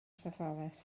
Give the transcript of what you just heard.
treforys